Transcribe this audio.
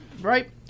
right